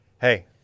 Hey